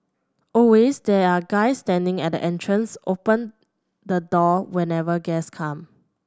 always there are guys standing at the entrance open the door whenever guests come